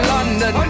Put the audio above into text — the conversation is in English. London